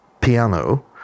piano